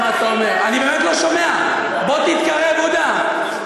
אבל אתה שומע אותו מדבר, בחייך.